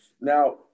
Now